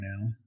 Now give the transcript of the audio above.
now